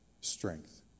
strength